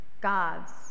God's